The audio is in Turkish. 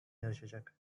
yarışacak